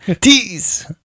tease